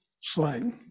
slide